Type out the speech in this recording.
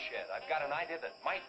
chat i've got an idea that might